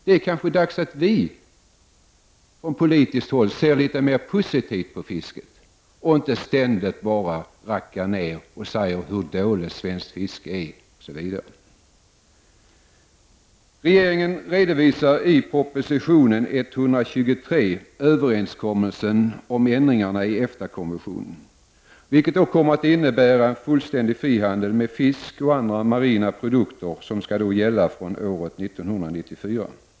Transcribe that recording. Det är kanske dags att vi från politiskt håll ser litet mer positivt på fisket och inte ständigt bara rackar ner, talar om hur dåligt svenskt fiske är, osv. Regeringen redovisar i proposition 123 överenskommelsen om ändringarna i EFTA-konventionen, vilket kommer att innebära en fullständig frihandel med fisk och andra marina produkter, som skall gälla fr.o.m. år 1994.